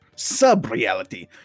Sub-reality